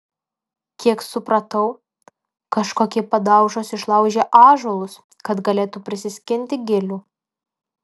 kiek supratau kažkokie padaužos išlaužė ąžuolus kad galėtų prisiskinti gilių